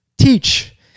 teach